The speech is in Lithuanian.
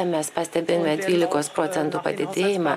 mes pastebime dvylikos procentų padidėjimą